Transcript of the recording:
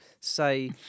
say